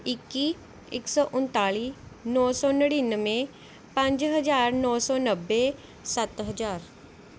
ਇੱਕੀ ਇੱਕ ਸੌ ਉਨਤਾਲੀ ਨੌ ਸੌ ਨੜਿਨਵੇਂ ਪੰਜ ਹਜ਼ਾਰ ਨੌ ਸੌ ਨੱਬੇ ਸੱਤ ਹਜ਼ਾਰ